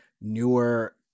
newer